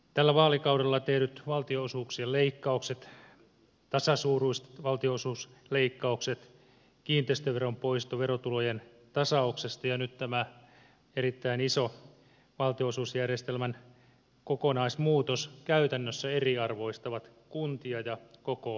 tällä vaalikaudella tehdyt tasasuuruiset valtionosuusleikkaukset kiinteistöveron poisto verotulojen tasauksesta ja nyt tämä erittäin iso valtionosuusjärjestelmän kokonaismuutos käytännössä eriarvoistavat kuntia ja alueita